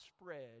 spread